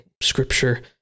scripture